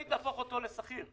והחליט להפוך אותו לשכיר.